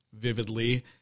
vividly